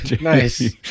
Nice